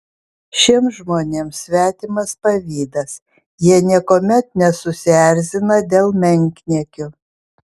šiems žmonėms svetimas pavydas jie niekuomet nesusierzina dėl menkniekių